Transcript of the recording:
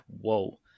whoa